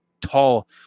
tall